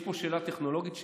יש פה שאלה טכנולוגית.